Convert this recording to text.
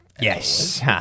Yes